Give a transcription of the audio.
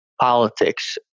politics